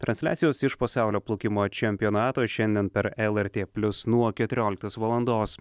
transliacijos iš pasaulio plaukimo čempionato šiandien per lrt plius nuo keturioliktos valandos